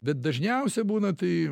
bet dažniausia būna tai